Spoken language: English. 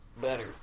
better